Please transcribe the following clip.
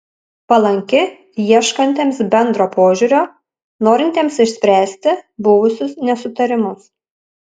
palanki ieškantiems bendro požiūrio norintiems išspręsti buvusius nesutarimus